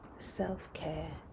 self-care